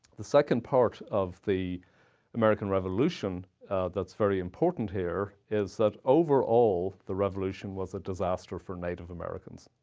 the second part of the american revolution that's very important here is that overall, the revolution was a disaster for native americans.